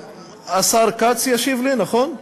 השר כץ ישיב לי, נכון?